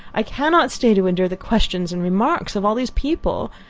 i cannot stay to endure the questions and remarks of all these people.